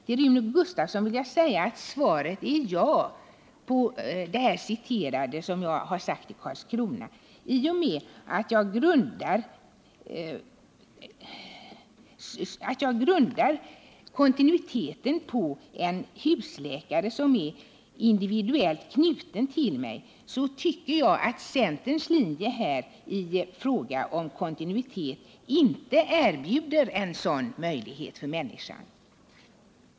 Till Rune Gustavsson vill jag säga att svaret är ja på frågan om citatet från det jag hade sagt i Karlskrona. Jag grundar min uppfattning om kontinuitet på att man skall ha en husläkare, som man är individuellt knuten till — och jag tycker inte att centerns linje i fråga om kontinuitet erbjuder människan en sådan möjlighet.